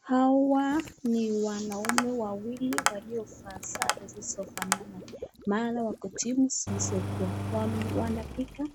Hawa ni wanaume wawili walio vaa sare sisizo fanana maana wako teams